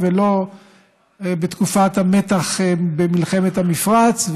ולא בתקופת המתח במלחמת המפרץ,